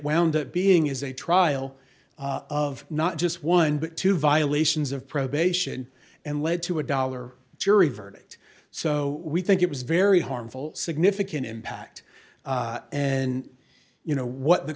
wound up being is a trial of not just one but two violations of probation and led to a dollar jury verdict so we think it was very harmful significant impact and you know what the